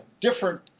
different